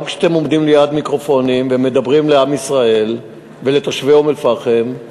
גם כשאתם עומדים ליד מיקרופונים ומדברים לעם ישראל ולתושבי אום-אלפחם,